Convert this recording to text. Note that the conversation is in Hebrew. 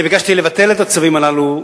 אני ביקשתי לבטל את הצווים הללו,